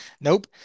Nope